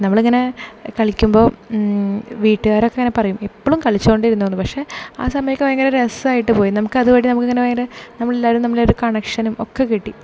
നമ്മളിങ്ങനെ കളിക്കുമ്പോൾ വീട്ടുകാരൊക്കെ ഇങ്ങനെ പറയും എപ്പോഴും കളിച്ചോണ്ട് ഇരുന്നോന്ന് പക്ഷെ ആ സമയമൊക്കെ ഭയങ്കര രസമായിട്ടുപോയി നമുക്ക് അതുവരെ നമ്മുക്കിങ്ങനെ ഭയങ്കരെ നമ്മളെല്ലാരും തമ്മിലൊരു കണക്ഷനും ഒക്കെ കിട്ടി